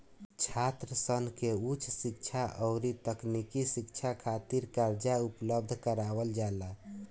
छात्रसन के उच शिक्षा अउरी तकनीकी शिक्षा खातिर कर्जा उपलब्ध करावल जाला